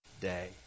day